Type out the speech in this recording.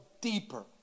deeper